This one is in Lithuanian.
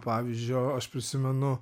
pavyzdžio aš prisimenu